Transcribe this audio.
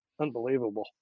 unbelievable